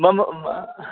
मम